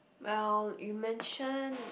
well you mention